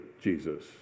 Jesus